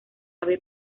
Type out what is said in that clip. ave